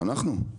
אנחנו.